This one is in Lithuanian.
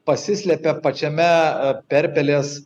pasislepia pačiame perpelės